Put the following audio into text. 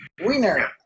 Winner